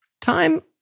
Time